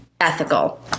ethical